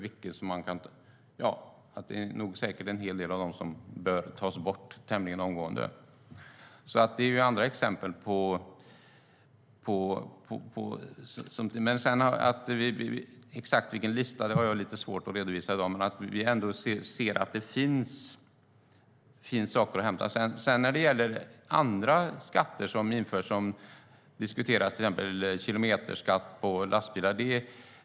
Det är säkert en hel del av dem som bör tas bort tämligen omgående. Det är andra exempel. En exakt lista har jag lite svårt att redovisa i dag. Men vi ser ändå att det finns saker att hämta. När det gäller andra skatter som diskuteras har vi till exempel kilometerskatt på lastbilar.